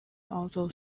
also